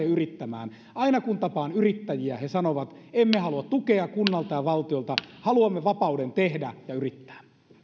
yrittämään aina kun tapaan yrittäjiä he sanovat emme halua tukea kunnalta ja valtiolta haluamme vapauden tehdä ja yrittää